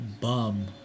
Bum